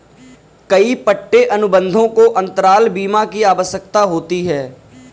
कई पट्टे अनुबंधों को अंतराल बीमा की आवश्यकता होती है